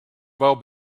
well